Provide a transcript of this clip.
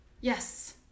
Yes